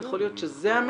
יכול להיות שזה המניע?